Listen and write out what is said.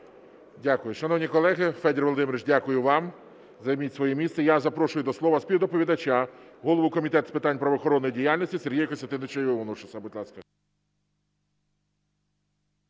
Дякую. Шановні колеги! Федір Володимирович, дякую вам, займіть своє місце. Я запрошую до слова співдоповідача – голову Комітету з питань правоохоронної діяльності Сергія Костянтиновича